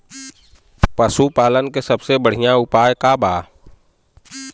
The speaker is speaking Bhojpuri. पशु पालन के सबसे बढ़ियां उपाय का बा?